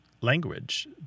language